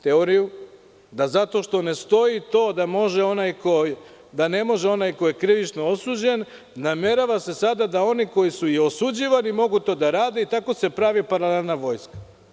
Teoriju da zato što ne stoji to, da ne može onaj koji je krivično osuđen, namerava se sada koji su i osuđivani mogu to da rade, i tako se pravi paralelna vojska.